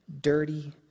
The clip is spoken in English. dirty